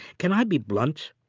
can i be blunt?